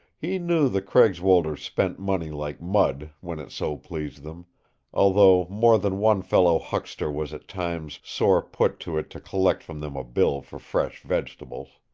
he knew the craigswolders spent money like mud, when it so pleased them although more than one fellow huckster was at times sore put to it to collect from them a bill for fresh vegetables.